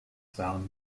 found